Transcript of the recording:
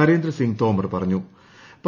Narendra Singh Tomar പ്പാട്ഞു